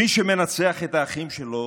מי שמנצח את האחים שלו,